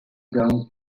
brown